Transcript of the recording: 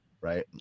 right